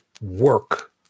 work